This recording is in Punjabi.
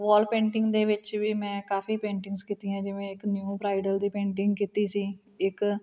ਵੋਲ ਪੇਂਟਿੰਗ ਦੇ ਵਿੱਚ ਵੀ ਮੈਂ ਕਾਫੀ ਪੇਂਟਿੰਗਸ ਕੀਤੀਆਂ ਜਿਵੇਂ ਇੱਕ ਨਿਊ ਬਰਾਈਡਲ ਦੀ ਪੇਂਟਿੰਗ ਕੀਤੀ ਸੀ ਇੱਕ